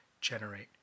generate